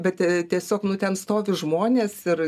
bet tie tiesiog nu ten stovi žmonės ir